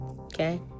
okay